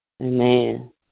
Amen